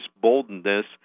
boldness